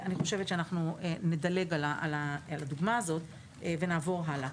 אני חושבת שאנחנו נדלג על הדוגמה הזו ונעבור הלאה.